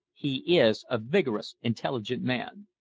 he is a vigorous, intelligent man.